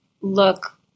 look